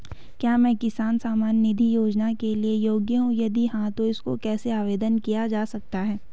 क्या मैं किसान सम्मान निधि योजना के लिए योग्य हूँ यदि हाँ तो इसको कैसे आवेदन किया जा सकता है?